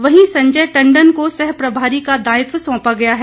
वहीं संजय टंडन को सहप्रभारी का दायित्व सौंपा गया है